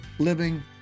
living